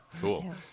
Cool